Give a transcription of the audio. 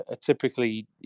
typically